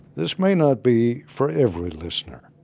this may not be for every listener